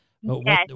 Yes